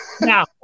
Now